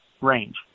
range